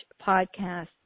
podcast